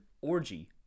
orgy